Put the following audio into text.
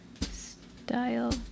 style